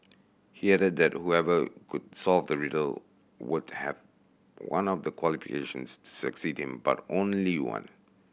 he added that whoever could solve the riddle would have one of the qualifications to succeed him but only one